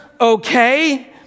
okay